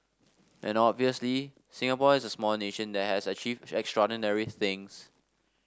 and obviously Singapore is a small nation that has achieved extraordinary things